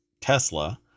tesla